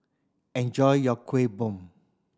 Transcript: enjoy your Kueh Bom